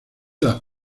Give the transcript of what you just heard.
las